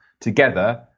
together